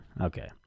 Okay